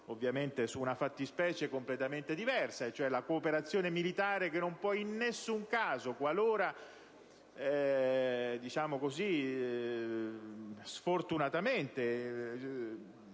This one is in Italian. ovviamente su una fattispecie completamente diversa, cioè la cooperazione militare, che non può in nessun caso, qualora sfortunatamente